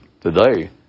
today